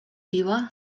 biła